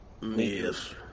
Yes